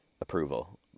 approval